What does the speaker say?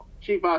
Chief